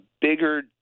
bigger